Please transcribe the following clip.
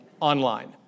online